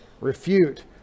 refute